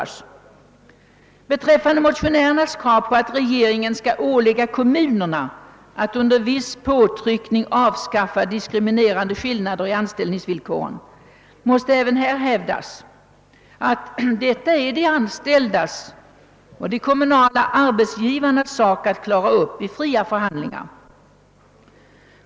Även beträffande motionärernas krav på att regeringen skall ålägga kommunerna under viss påtryckning att avskaffa diskriminerande skillnader i anställningsvillkor måste hävdas att detta är de anställdas och de kommunala arbetsgivarnas sak att klara upp i fria förhandlingar.